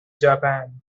japan